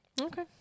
Okay